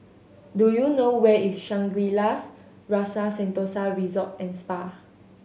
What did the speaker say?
do you know where is Shangri La's Rasa Sentosa Resort and Spa